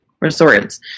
resorts